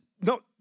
no